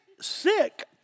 sick